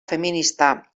feminista